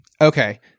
Okay